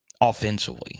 offensively